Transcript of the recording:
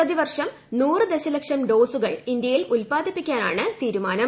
പ്രതിവർഷം നൂറു ദശലക്ഷം ഡോസുകൾ ഇന്തൃയിൽ ഉത്പാദിപ്പിക്കാനാണ് തീരുമാനം